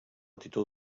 títol